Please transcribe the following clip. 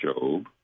Job